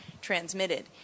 transmitted